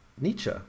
nietzsche